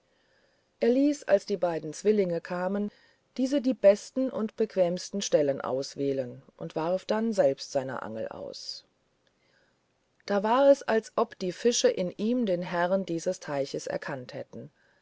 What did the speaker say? er ließ als die beiden zwillinge kamen diese die besten und bequemsten stellen auserwählen und warf dann selbst seine angel aus da war es als ob die fische in ihm den herrn dieses teiches erkannt hätten